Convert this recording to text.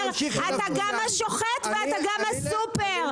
אתה גם השוחט ואתה גם הסופר,